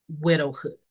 widowhood